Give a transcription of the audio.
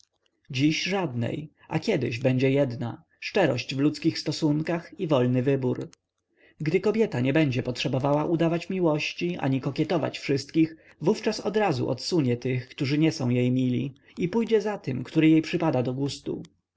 dziś żadnej a kiedyś będzie jedna szczerość w ludzkich stosunkach i wolny wybór gdy kobieta nie będzie potrzebowała udawać miłości ani kokietować wszystkich wówczas odrazu odsunie tych którzy jej nie są mili i pójdzie za tym który jej przypada do gustu